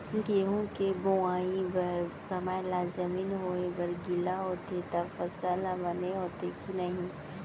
गेहूँ के बोआई बर समय ला जमीन होये बर गिला होथे त फसल ह बने होथे की नही?